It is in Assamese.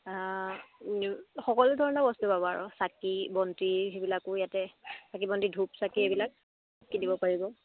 সকলো ধৰণৰ বস্তু পাব আৰু চাকি বন্তি সেইবিলাকো ইয়াতে চাকি বন্তি ধূপ চাকি এইবিলাক কিনিব পাৰিব